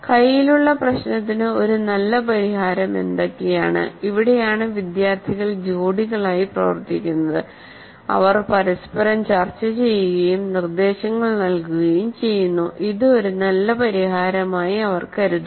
കയ്യിലുള്ള പ്രശ്നത്തിന് ഒരു നല്ല പരിഹാരം എന്തൊക്കെയാണ് ഇവിടെയാണ് വിദ്യാർത്ഥികൾ ജോഡികളായി പ്രവർത്തിക്കുന്നത് അവർ പരസ്പരം ചർച്ച ചെയ്യുകയും നിർദ്ദേശങ്ങൾ നൽകുകയും ചെയ്യുന്നു ഇത് ഒരു നല്ല പരിഹാരമായി അവർ കരുതുന്നു